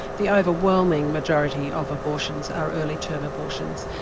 the overwhelming majority of abortions are early term abortions,